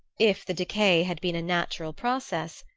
if the decay had been a natural process,